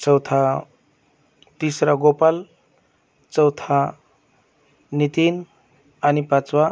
चौथा तिसरा गोपाल चौथा नितीन आणि पाचवा